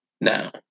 Now